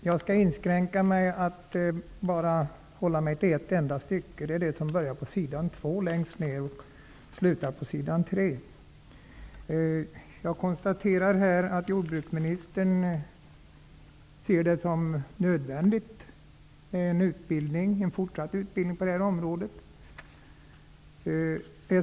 Fru talman! Jag tänker inskränka mig till ett enda stycke och konstaterar att jordbruksministern ser det som nödvändigt med en fortsatt utbildning på det här området.